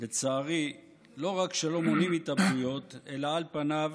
לצערי לא רק שלא מונעים התאבדויות, אלא על פניו